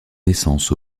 naissance